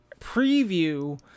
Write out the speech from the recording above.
preview